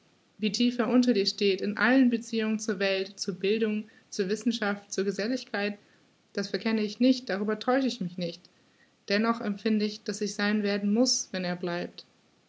wie tief er unter dir steht in allen beziehungen zur welt zur bildung zur wissenschaft zur geselligkeit das verkenne ich nicht darüber täusch ich mich nicht dennoch empfind ich daß ich sein werden muß wenn er bleibt